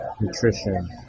nutrition